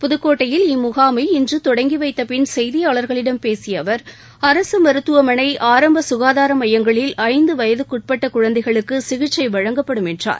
புதுக்கோட்டையில் இம்முகாமை இன்று தொடங்கி வைத்த பின் செய்தியாளர்களிடம் பேசிய அவர் அரசு மருத்துவமனை ஆரம்ப சுகாதார மையங்களில் ஐந்து வயதிற்குட்பட்ட குழந்தைகளுக்கு சிகிச்சை வழங்கப்படும் என்றார்